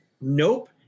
Nope